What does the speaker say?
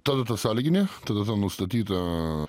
ta data sąlyginė ta data nustatyta